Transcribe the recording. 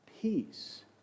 peace